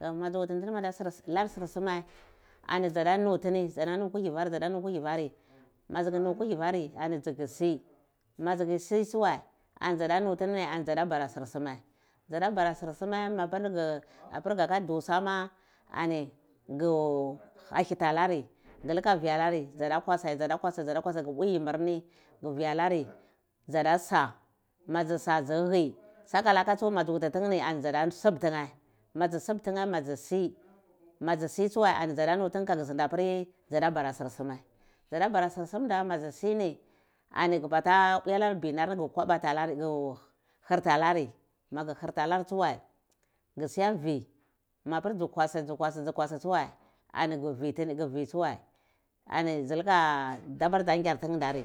ani dzadiya nutini dzadiyanu kugiwar yi madzi nu kugivari ani dze ku si ma dzu ku si tsuwai ani dzadutinini ani dza bara sir sume dzadd bara sir sume ni mapir kaka dukama ani gwu ahitalari gi luka vialara dzada kwasa dzada kwasa gu mpwi yimi ni ghv vi alu n dzadasa madzu su dzu yhe sakalaka tsu madzu vititilemi ana dzada subu tine madu subu tine ni ani ma dzi yhe ma dzi si tsuwai aga ndae pir dzadiya nutine ka fi nda pir dzadiya mbara sur sumda ni ma dzi sim nhi ani gheh mpala mpwir nar mbina nheh gih kwapati alari ko gi hirti alari magi hirti alar tsuwae gi suwa vi masun dzi kwasi dzi kwasi dzi kwasi tsuwae ani ki vitini gi vi tsuwae ani dzilika dabardzi angyar tine nda tsuwai ndari